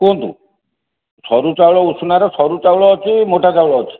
କୁହନ୍ତୁ ସରୁ ଚାଉଳ ଉଷୁନାର ସରୁ ଚାଉଳ ଅଛି ମୋଟା ଚାଉଳ ଅଛି